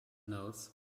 notes